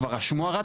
כבר השמועה רצה,